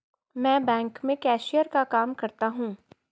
मैं बैंक में कैशियर का काम करता हूं